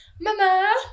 Mama